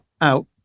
out